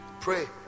Pray